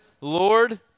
Lord